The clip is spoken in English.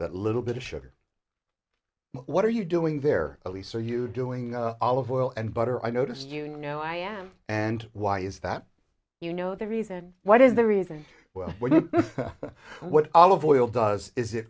that little bit of sugar what are you doing there elise are you doing the olive oil and butter i noticed you know i am and why is that you know the reason what is the reason well what olive oil does is it